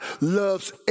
loves